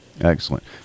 Excellent